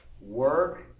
work